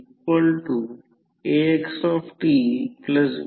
तर ते प्रत्यक्षात 2 अँपिअर आहे हे इतके सोपे आहे